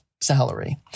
salary